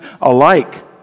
alike